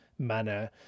manner